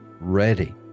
ready